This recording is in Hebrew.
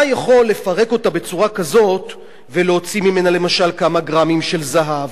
אתה יכול לפרק אותה בצורה כזאת ולהוציא ממנה למשל כמה גרמים של זהב,